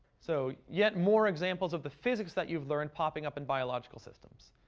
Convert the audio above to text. so, yet more examples of the physics that you've learned popping up in biological systems.